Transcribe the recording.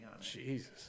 Jesus